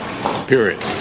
Period